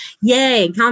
Yay